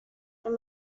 from